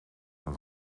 een